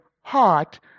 heart